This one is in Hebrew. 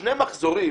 שני מחזורים,